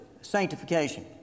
sanctification